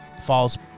falls